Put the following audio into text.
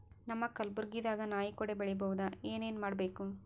ನಮ್ಮ ಕಲಬುರ್ಗಿ ದಾಗ ನಾಯಿ ಕೊಡೆ ಬೆಳಿ ಬಹುದಾ, ಏನ ಏನ್ ಮಾಡಬೇಕು?